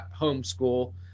homeschool